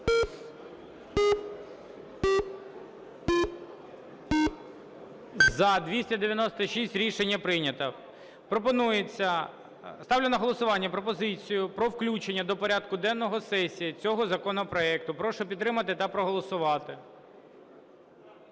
За-296 Рішення прийнято. Ставлю на голосування пропозицію про включення до порядку денного сесії цього законопроекту. Прошу підтримати та проголосувати.